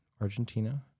Argentina